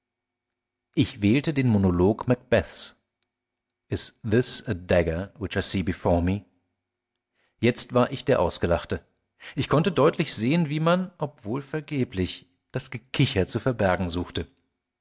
ich wählte den monolog macbeths is this a dagger which i see before me jetzt war ich der ausgelachte ich konnte deutlich sehen wie man obwohl vergeblich das gekicher zu verbergen suchte